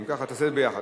אם ככה, תעשה את זה ביחד.